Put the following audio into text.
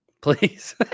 please